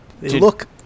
Look